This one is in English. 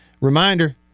Reminder